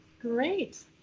Great